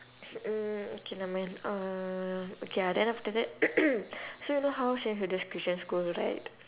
mm okay nevermind um okay ya then after that so you know how saint hilda's a christian school right